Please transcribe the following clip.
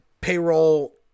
payroll